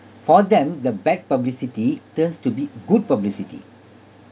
for them the bad publicity turns to be good publicity